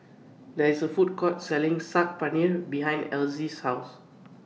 There IS A Food Court Selling Saag Paneer behind Elzy's House